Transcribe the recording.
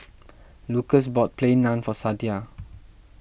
Lucas bought Plain Naan for Sadye